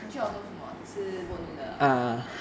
你去 ORTO 做什么吃 boat noodle ah